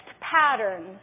patterns